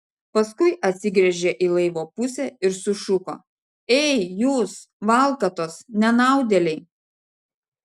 paskui atsigręžė į laivo pusę ir sušuko ei jūs valkatos nenaudėliai